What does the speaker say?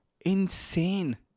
insane